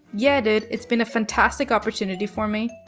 yeah dude. it's been a fantastic opportunity for me.